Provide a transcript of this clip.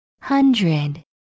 Hundred